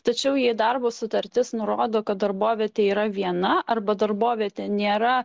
tačiau jei darbo sutartis nurodo kad darbovietė yra viena arba darbovietė nėra